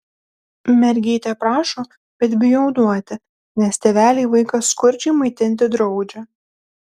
mergytė prašo bet bijau duoti nes tėveliai vaiką skurdžiai maitinti draudžia